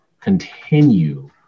continue